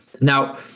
Now